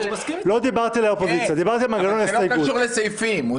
זה לא קשור לסעיפים.